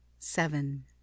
Seven